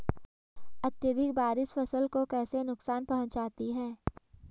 अत्यधिक बारिश फसल को कैसे नुकसान पहुंचाती है?